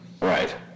right